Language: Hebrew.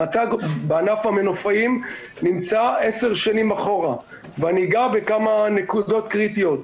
המצב בענף המנופאים נמצא עשר שנים אחורה ואני אגע בכמה נקודות קריטית.